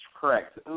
correct